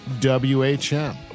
whm